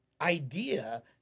idea